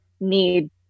need